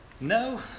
No